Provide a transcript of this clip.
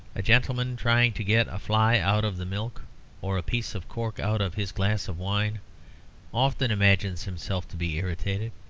a gentleman trying to get a fly out of the milk or a piece of cork out of his glass of wine often imagines himself to be irritated.